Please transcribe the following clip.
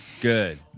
Good